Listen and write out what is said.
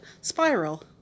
Spiral